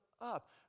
up